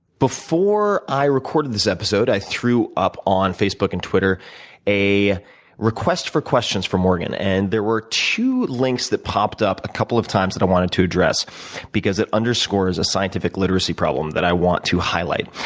before i recorded this episode, i threw up on facebook and twitter a request for questions for morgan. and there were two links that popped up a couple of times that i wanted to address because it underscores a scientific literacy problem that i want to highlight.